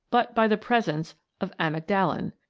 but by the presence of amygdalin.